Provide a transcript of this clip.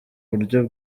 buryo